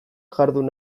jardun